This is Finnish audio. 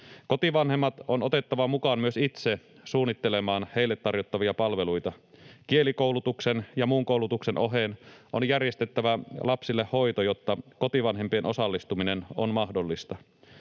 Kotivanhemmat on myös itse otettava mukaan suunnittelemaan heille tarjottavia palveluita. Kielikoulutuksen ja muun koulutuksen oheen on järjestettävä lapsille hoito, jotta kotivanhempien osallistuminen on mahdollista.